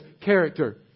character